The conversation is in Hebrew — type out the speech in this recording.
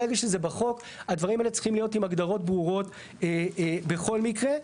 ברגע שזה בחוק הדברים האלה צריכים להיות עם הגדרות ברורות בכל מקרה.